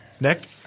Nick